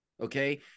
Okay